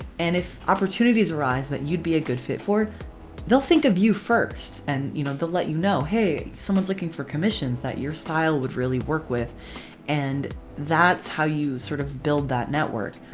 and if opportunities arise that you'd be a good fit for it they'll think of you first. and you know they'll let you know hey someone's looking for commissions that your style would really work with and that's how you sort of build that network.